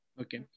okay